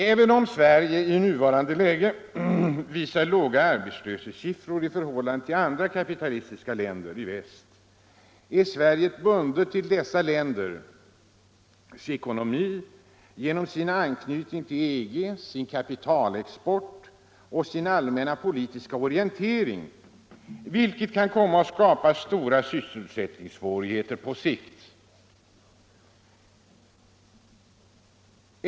Även om Sverige i nuvarande läge visar låga arbetslöshetssiffror i förhållande till andra kapitalistiska länder i väst, är Sverige bundet till dessa länders ekonomi genom sin anknytning till EG, sin kapitalexport och sin allmänna politiska orientering, vilket kan komma att skapa stora sysselsättningssvårigheter på sikt.